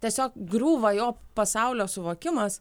tiesiog griūva jo pasaulio suvokimas